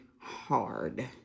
hard